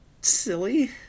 silly